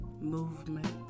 movement